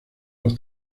los